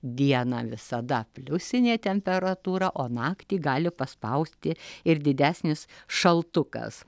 dieną visada pliusinė temperatūra o naktį gali paspausti ir didesnis šaltukas